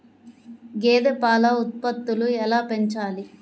గేదె పాల ఉత్పత్తులు ఎలా పెంచాలి?